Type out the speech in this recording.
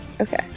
Okay